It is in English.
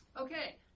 Okay